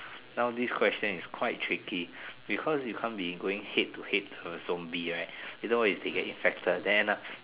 now this question is quite tricky because you can't be going head to head with a zombie right either way you get infected then after